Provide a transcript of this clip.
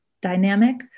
dynamic